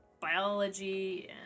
biology